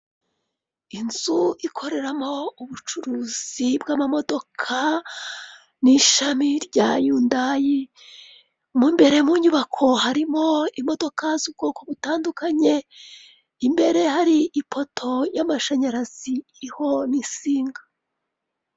Inzu ikoreramo ubucuruzi bw'amamodoka n ishami rya Yundayi, mu imbere mu nyubako harimo imodoka z'ubwoko butandukanye imbere hari ipoto y'amashanyarazi iriho n'insinga.